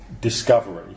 discovery